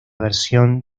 versión